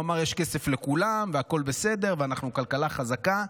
כסף לכולם, והכול בסדר, ואנחנו כלכלה חזקה.